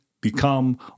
become